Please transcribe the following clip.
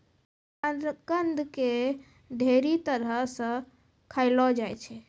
शकरकंद के ढेरी तरह से खयलो जाय छै